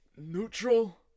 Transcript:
neutral